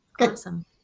awesome